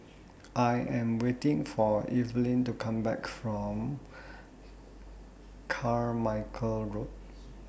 I Am waiting For Evelyn to Come Back from Carmichael Road